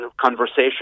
conversation